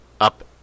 up